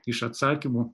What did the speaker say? iš atsakymų